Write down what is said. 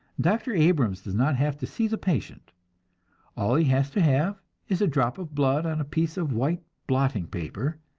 dr. abrams does not have to see the patient all he has to have is a drop of blood on a piece of white blotting paper,